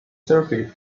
surface